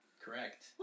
Correct